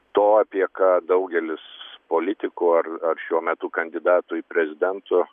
to apie ką daugelis politikų ar ar šiuo metu kandidatų į prezidento